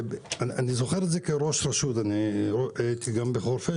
אני זוכר את זה כראש רשות הייתי גם בחורפיש